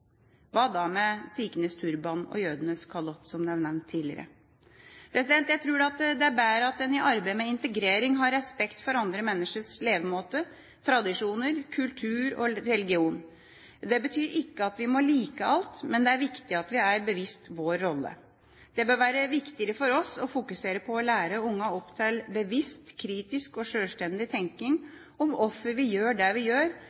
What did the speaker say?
Hva da med sikhenes turban og jødenes kalott, som er nevnt tidligere. Jeg tror det er bedre at en i arbeidet med integrering har respekt for andre menneskers levemåte, tradisjoner, kultur og religion. Det betyr ikke at vi må like alt, men det er viktig at vi er oss bevisst vår rolle. Det bør være viktigere for oss å fokusere på å lære ungene opp til bevisst, kritisk og sjølstendig tenkning om hvorfor vi gjør det vi gjør,